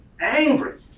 angry